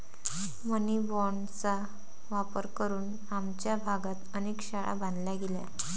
मनी बाँडचा वापर करून आमच्या भागात अनेक शाळा बांधल्या गेल्या